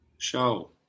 Show